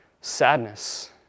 sadness